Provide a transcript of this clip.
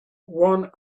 one